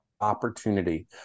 opportunity